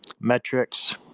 metrics